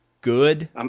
good